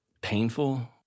painful